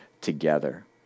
together